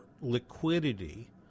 liquidity